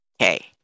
Okay